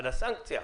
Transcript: על הסנקציה.